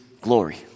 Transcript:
glory